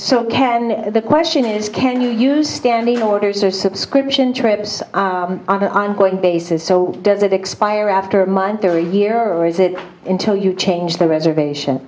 so can the question is can you use standing orders or subscription trips i'm going basis so does it expire after a month or a year or is it until you change the reservation